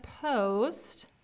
post